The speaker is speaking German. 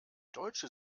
deutsche